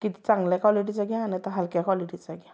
किती चांगल्या क्वालिटीचा घ्या नाही तर हलक्या क्वालिटीचा घ्या